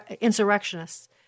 insurrectionists